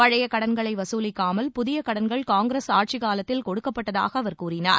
பழைய கடன்களை வசூலிக்காமல் புதிய கடன்கள் காங்கிரஸ் ஆட்சி காலத்தில் கொடுக்கப்பட்டதாக அவர் கூறினார்